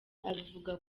abivuga